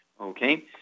Okay